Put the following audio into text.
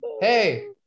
hey